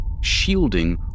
shielding